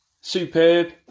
superb